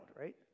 right